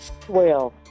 Twelve